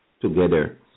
together